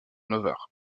novare